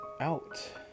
out